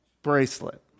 Bracelet